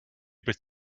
bit